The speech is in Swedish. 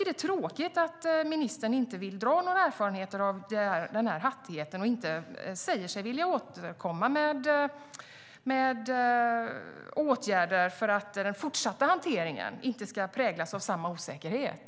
Det är tråkigt att ministern inte har tagit till sig av erfarenheterna när det gäller hattigheten och inte säger sig vilja återkomma med förslag till åtgärder så att den fortsatta hanteringen inte ska präglas av samma osäkerhet.